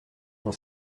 l’on